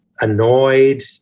annoyed